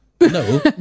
No